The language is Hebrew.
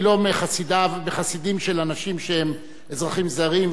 מהחסידים של אנשים שהם אזרחים זרים ותורמים רבות למדינה,